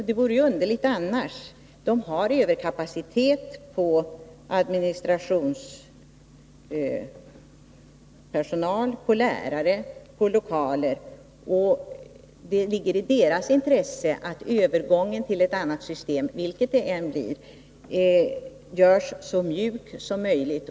Det vore underligt annars, då de har överkapacitet i fråga om administrationspersonal, lärare och lokaler. Det ligger i deras intresse att övergången till ett nytt system — vilket det än blir — görs så mjuk som möjligt.